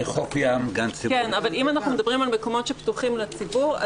אם אנחנו מדברים על מקומות הפתוחים לציבור,